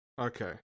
okay